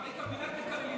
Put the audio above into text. אתה לא מגיב.